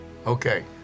okay